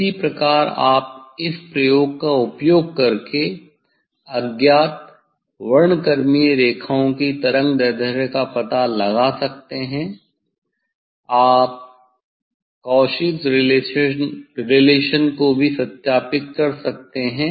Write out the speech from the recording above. इस प्रकार आप इस प्रयोग का उपयोग करके अज्ञात वर्णक्रमीय रेखाओं की तरंगदैर्ध्य का पता लगा सकते हैं आप काउची संबंध Cauchy's relation को भी सत्यापित कर सकते हैं